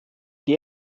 die